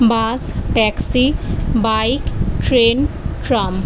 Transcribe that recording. bus taxi bike train tram